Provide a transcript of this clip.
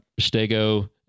Stego